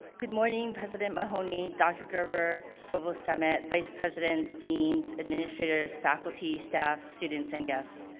good morning, president mahoney, dr. gerber, provost summit, vice presidents, deans, administrators, faculty, staff, students, and guests.